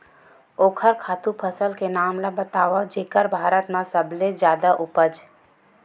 ओखर खातु फसल के नाम ला बतावव जेन भारत मा सबले जादा उपज?